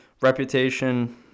reputation